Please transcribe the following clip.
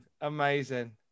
Amazing